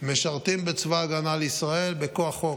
משרתים בצבא ההגנה לישראל מכוח חוק.